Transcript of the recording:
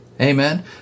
Amen